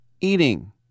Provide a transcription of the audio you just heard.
eating